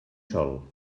sol